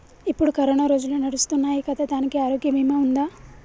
ఇప్పుడు కరోనా రోజులు నడుస్తున్నాయి కదా, దానికి ఆరోగ్య బీమా ఉందా?